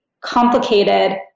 complicated